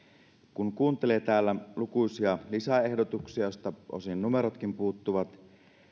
kun kuuntelee täällä lukuisia lisäehdotuksia joista osin numerotkin puuttuvat